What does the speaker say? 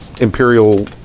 imperial